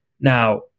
Now